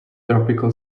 tropical